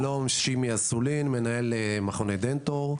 שלום, אני מנהל מכוני דנט אור.